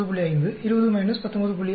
5 20 19